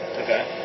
okay